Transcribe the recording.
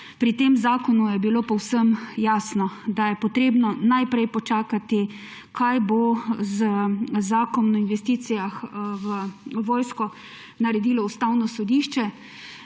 pri tem zakonu je bilo povsem jasno, da je treba najprej počakati, kaj bo z zakonom o investicijah v vojsko naredilo Ustavno sodišče,